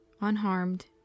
unharmed